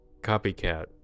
copycat